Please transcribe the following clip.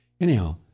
Anyhow